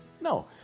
No